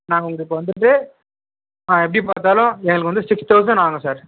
நாங்கள் உங்களுக்கு வந்துட்டு எப்படி பார்த்தாலும் எனக்கு வந்து சிக்ஸ் தவுசண்ட் ஆகும் சார்